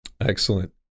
Excellent